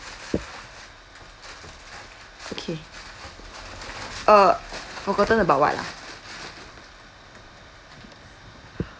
okay uh forgotten about what lah